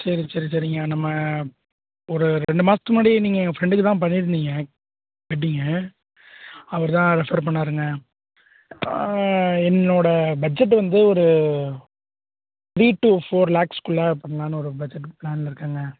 சரி சரி சரிங்க நம்ம ஒரு ரெண்டு மாசத்துக்கு முன்னாடி நீங்கள் எங்கள் ஃப்ரெண்டுக்கு தான் பண்ணிருந்தீங்க வெட்டிங்கு அவர் தான் ரெஃபர் பண்ணாருங்க என்னோடய பட்ஜெட்டு வந்து ஒரு த்ரீ டு ஃபோர் லேக்ஸ்குள்ள பண்ணலான்னு ஒரு பட்ஜெட் ப்ளானில் இருக்கேங்க